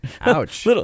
Ouch